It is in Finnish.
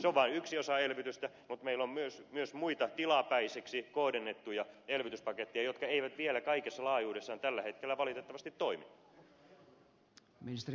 se on vain yksi osa elvytystä mutta meillä on myös muita tilapäisiksi kohdennettuja elvytyspaketteja jotka eivät vielä kaikessa laajuudessaan tällä hetkellä valitettavasti toimi